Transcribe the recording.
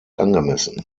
angemessen